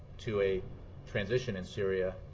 to a transition in syria